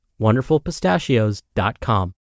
wonderfulpistachios.com